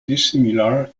dissimilar